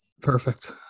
Perfect